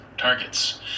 targets